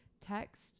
text